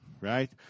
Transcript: right